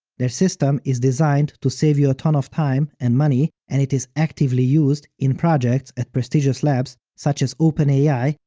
their system is designed to save you a ton of time and money, and it is actively used in projects at prestigious labs, such as openai,